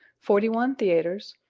forty one theatres,